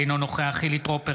אינו נוכח חילי טרופר,